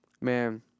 man